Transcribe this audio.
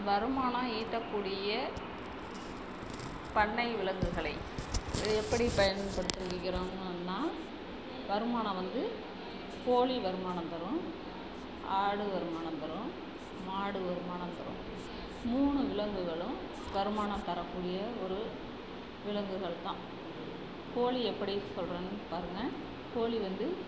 வருமானம் ஈட்டக்கூடிய பண்ணை விலங்குகளை இது எப்படி பயன்படுத்துகிறோமுன்னால் வருமானம் வந்து கோழி வருமானம் தரும் ஆடு வருமானம் தரும் மாடு வருமானம் தரும் மூணு விலங்குகளும் வருமானம் தரக்கூடிய ஒரு விலங்குகள் தான் கோழி எப்படி சொல்றதுன்னு பாருங்கள் கோழி வந்து